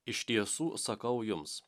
iš tiesų sakau jums